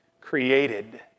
created